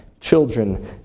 Children